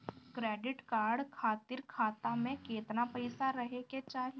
Credit card खातिर खाता में केतना पइसा रहे के चाही?